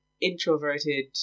introverted